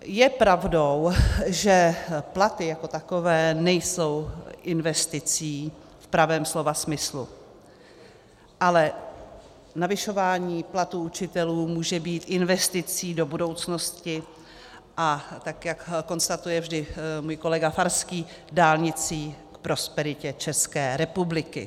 Je pravdou, že platy jako takové nejsou investicí v pravém slova smyslu, ale navyšování platů učitelů může být investicí do budoucnosti, a tak jak konstatuje vždy můj kolega Farský, dálnicí k prosperitě České republiky.